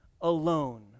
alone